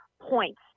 points